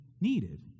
needed